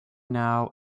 now